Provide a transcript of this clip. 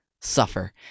suffer